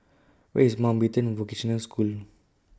Where IS Mountbatten Vocational School